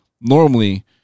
normally